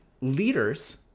leaders